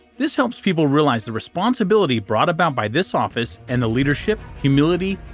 this helps people realize the responsibility brought about by this office, and the leadership, humility,